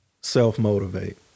self-motivate